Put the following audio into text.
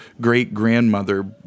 great-grandmother